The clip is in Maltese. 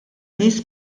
nies